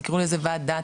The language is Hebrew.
תקראו לזה ועדה,